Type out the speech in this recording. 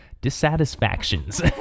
Dissatisfactions